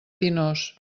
pinós